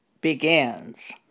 begins